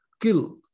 kill